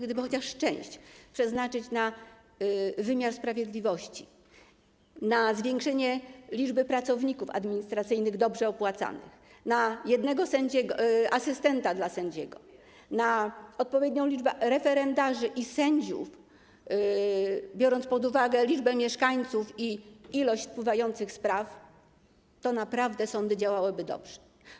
Gdyby chociaż część przeznaczyć na wymiar sprawiedliwości, na zwiększenie liczby pracowników administracyjnych dobrze opłacanych, na jednego asystenta dla sędziego, na odpowiednią liczbę referendarzy i sędziów, biorąc pod uwagę liczbę mieszkańców i ilość wpływających spraw, to naprawdę sądy działałyby dobrze.